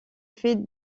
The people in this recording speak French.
fait